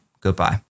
Goodbye